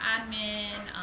admin